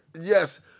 yes